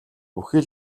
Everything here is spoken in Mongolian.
бүхий